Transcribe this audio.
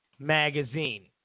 magazine